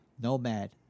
Nomad